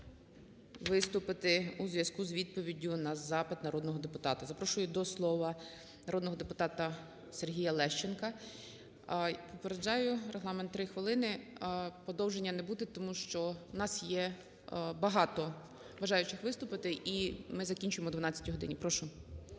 виступити у зв'язку з відповіддю на запит народного депутата. Запрошую до слова народного депутата Сергія Лещенка. Попереджаю, регламент – 3 хвилини. Продовження не буде, тому що у нас є багато бажаючих виступити. І ми закінчимо о 12 годині. Прошу.